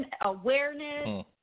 awareness